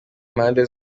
impande